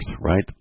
right